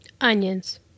onions